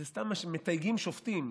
זה סתם מתייגים שופטים,